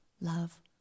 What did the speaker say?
love